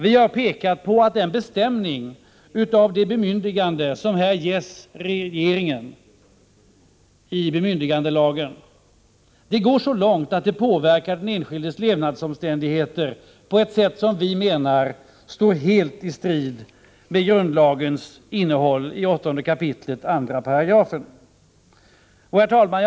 Vi har pekat på att den bestämning av det bemyndigande som här ges regeringen i bemyndigandelagen går så långt att det påverkar den enskildes levnadsomständigheter på ett sätt som vi menar står helt i strid med innehållet i 8 kap. 2 § regeringsformen. Herr talman!